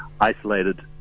isolated